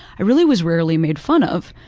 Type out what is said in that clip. i really was rarely made fun of,